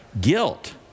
guilt